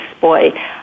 Boy